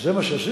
זה מה שעשיתי?